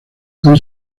han